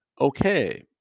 Okay